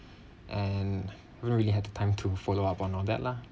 and really had the time to follow up on all that lah